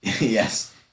Yes